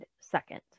second